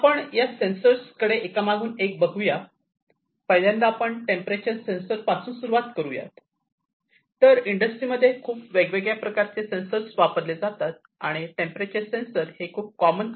आपण या सेंसर कडे एकामागून एक बघूया तर पहिल्यांदा आपण टेंपरेचर सेन्सर पासुन सुरुवात करु तर इंडस्ट्रीमध्ये हे खूप वेगवेगळ्या प्रकारचे सेन्सर वापरले जातात आणि टेंपरेचर सेन्सर हे खूप कॉमन आहे